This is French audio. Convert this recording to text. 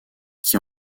qui